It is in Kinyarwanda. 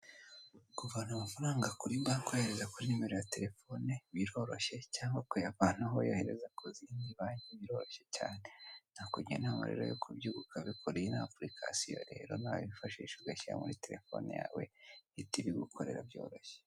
Kuvana amafaranga kuri Bank uyohereza kuri nimero ya telefone biroroshye cyangwa ukayavanaho uyohereza ku zindi Bank biroroshye cyane. Nakugira inama rero yo kubyuka ukabikora. Iyi ni application rero nawe wifashisha ugashyira muri telefone yawe ihita ibigukorera byoroshye.